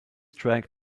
track